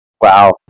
Wow